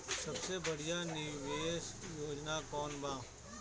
सबसे बढ़िया निवेश योजना कौन बा?